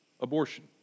abortion